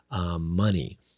money